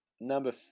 number